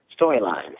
storylines